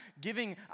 giving